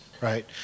right